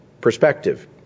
perspective